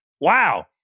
Wow